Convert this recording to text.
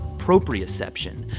proprioception.